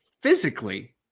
physically